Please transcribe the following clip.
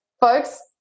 folks